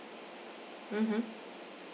mmhmm